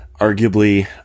Arguably